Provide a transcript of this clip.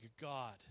God